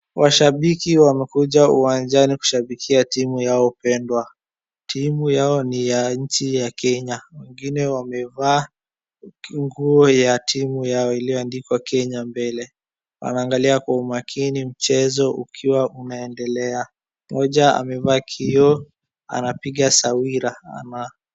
Washabiki wamekuja uwanjani kushabikia timu yao pendwa. Timu yao ni ya nchi ya Kenya. Wengine wamevaa nguo ya timu yao ilyoandikwa Kenya mbele. Wanaangalia kwa umakini mchezo ukiwa umeendelea. Mmoja amevaa kioo anapiga sawira ama.